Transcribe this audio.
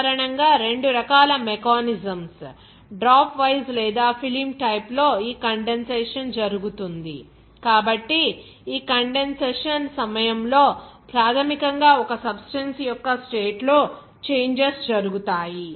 సాధారణంగా రెండు రకాల మెకానిజమ్స్ డ్రాప్ వైస్ లేదా ఫిల్మ్ టైప్ లో ఈ కండెన్సషన్ జరుగుతుంది కాబట్టి ఈ కండెన్సషన్ సమయంలో ప్రాథమికంగా ఒక సబ్స్టెన్స్ యొక్క స్టేట్ లో చేంజెస్ జరుగుతాయి